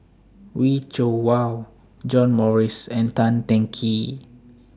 Wee Cho Yaw John Morrice and Tan Teng Kee